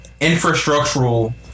infrastructural